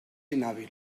inhàbil